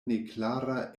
neklara